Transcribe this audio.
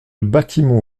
bâtiment